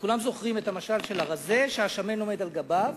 כולם זוכרים את המשל של הרזה שהשמן עומד על גביו,